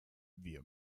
wir